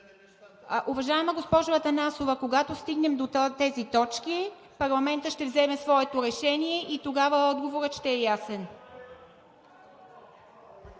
Уважаема госпожо Атанасова, когато стигнем до тези точки, парламентът ще вземе своето решение и тогава отговорът ще е ясен.